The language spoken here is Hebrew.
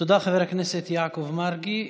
תודה, חבר הכנסת יעקב מרגי.